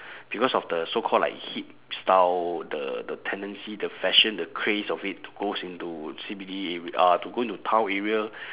because of the so called like hip style the the tendency the fashion the craze of it goes into C_B_D ar~ uh to go into town area